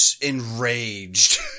enraged